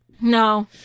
No